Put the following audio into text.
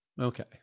Okay